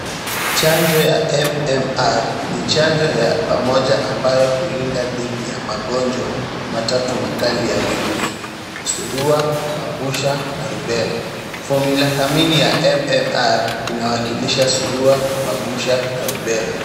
Chanjo ya MMR ni chanjo ya pamoja ambayo hulinda dhidi ya magonjwa matatu makali ya virusi surua, mabusha na rubela. Fomula kamili ya MMR inawakilisha surua, mabusha na rubela.